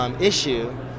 issue